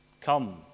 Come